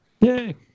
Yay